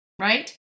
right